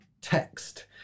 text